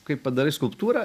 kai padarai skulptūrą